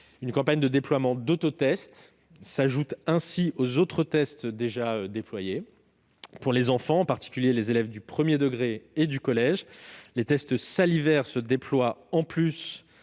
Une campagne de déploiement d'autotests vient ainsi compléter les tests déjà proposés aux enfants, en particulier aux élèves du premier degré et du collège. Les tests salivaires se déploient de plus